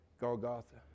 Golgotha